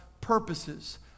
purposes